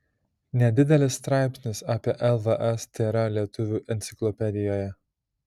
nedidelis straipsnis apie lvs tėra lietuvių enciklopedijoje